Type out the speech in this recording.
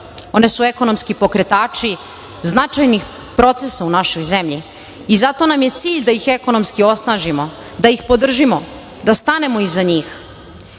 One su ekonomski pokretači značajnih procesa u našoj zemlji i zato nam je cilj da ih ekonomski osnažimo, da ih podržimo, da stanemo iza